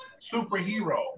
superhero